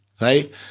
right